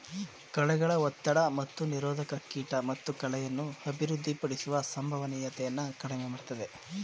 ಕಳೆಗಳ ಒತ್ತಡ ಮತ್ತು ನಿರೋಧಕ ಕೀಟ ಮತ್ತು ಕಳೆಯನ್ನು ಅಭಿವೃದ್ಧಿಪಡಿಸುವ ಸಂಭವನೀಯತೆಯನ್ನು ಕಡಿಮೆ ಮಾಡ್ತದೆ